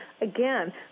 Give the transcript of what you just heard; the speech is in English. again